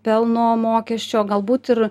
pelno mokesčio galbūt ir